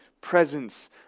presence